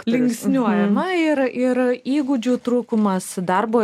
linksniuojama ir ir įgūdžių trūkumas darbo